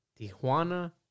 Tijuana